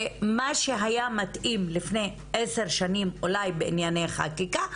מה שהיה מתאים לפני עשרה שנים אולי בענייני חקיקה,